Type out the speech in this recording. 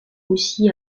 aussi